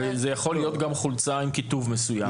נכון, וזאת יכולה גם להיות חולצה עם כיתוב מסוים.